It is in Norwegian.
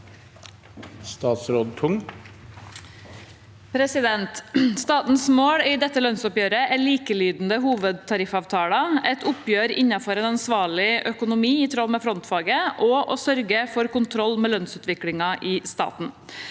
O. Tung Statens mål i dette lønnsoppgjøret er likelydende hovedtariffavtaler, et oppgjør innenfor en ansvarlig økonomi i tråd med frontfaget, og å sørge for kontroll med lønnsutviklingen i staten.